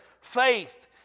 faith